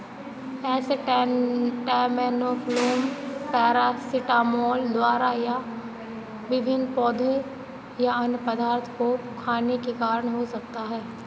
acetaminophen paracetamol द्वारा या विभिन्न पौधे या अन्य पदार्थों को खाने के कारण हो सकता है